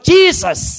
Jesus